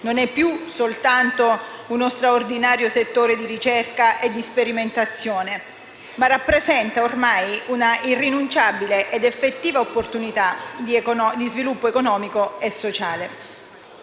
non è più soltanto uno straordinario settore di ricerca e di sperimentazione, ma rappresenta ormai una irrinunciabile ed effettiva opportunità di sviluppo economico e sociale.